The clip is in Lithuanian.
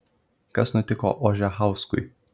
kas nutiko ožechauskui